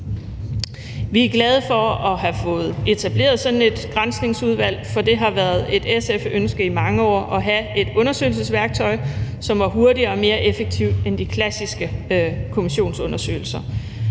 Vi er glade for at have fået etableret sådan et granskningsudvalg, for det har været et SF-ønske i mange år at have et undersøgelsesværktøj, som er hurtigere og mere effektivt end de klassiske kommissionsundersøgelser.